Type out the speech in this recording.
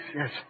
yes